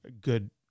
good